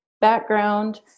background